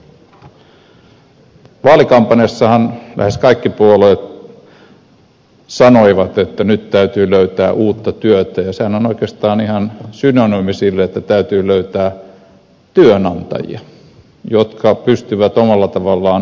vaalikampanjassahan lähes kaikki puolueet sanoivat että nyt täytyy löytää uutta työtä ja sehän on oikeastaan ihan synonyymi sille että täytyy löytää työnantajia jotka pystyvät omalla tavallaan luomaan näitä töitä